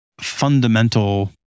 fundamental